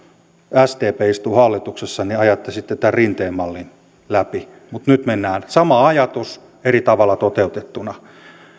sdp istuu hallituksessa niin ajatte sitten tämän rinteen mallin läpi mutta nyt mennään näin sama ajatus eri tavalla toteutettuna